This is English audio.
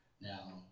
Now